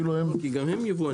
כי גם הם יבואנים.